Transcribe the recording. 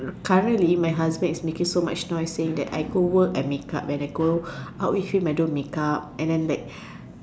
currently my husband is making so much noise saying that I go work I makeup when I go out with him I don't makeup and then like